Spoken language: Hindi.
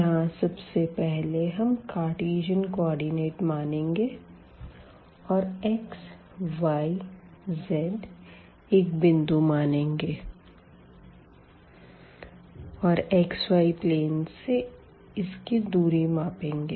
यहाँ सबसे पहले हम कार्टीज़न कोऑर्डिनेट मानेंगे और xyz एक बिंदु मानेंगे और xy प्लेन से इसकी दूरी मापेंगे